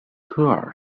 科尔